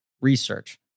research